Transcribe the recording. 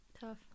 tough